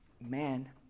man